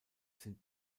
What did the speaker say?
sind